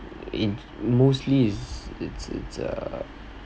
in mostly it's it's it's uh